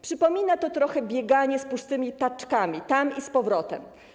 Przypomina to trochę bieganie z pustymi taczkami tam i z powrotem.